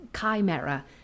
Chimera